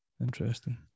Interesting